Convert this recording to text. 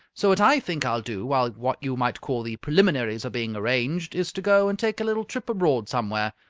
so what i think i'll do while what you might call the preliminaries are being arranged is to go and take a little trip abroad somewhere.